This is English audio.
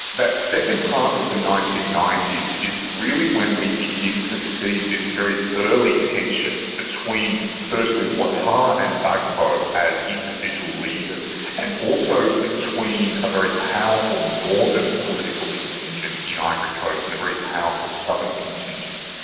that second half of the nineteen ninety s is really when we begin to see this very early tension between firstly ouattara and gbagbo as individual leaders and also between a very powerful northern political contingent in ivory coast and a very powerful southern contingent.